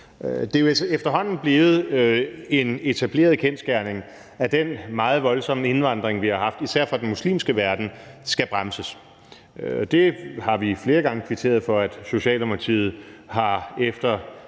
Det er efterhånden blevet en etableret kendsgerning, at den meget voldsomme indvandring, vi har haft, især fra den muslimske verden, skal bremses. Det har vi flere gange kvitteret for Socialdemokratiet – som efter